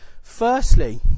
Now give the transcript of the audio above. Firstly